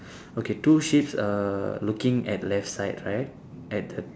okay two sheeps are looking at left side right at